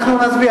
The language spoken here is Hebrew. אנחנו נצביע.